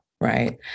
right